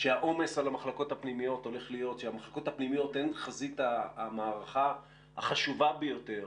שהמחלקות הפנימיות הן חזית המערכה החשובה ביותר,